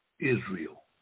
Israel